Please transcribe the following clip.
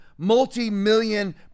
multi-million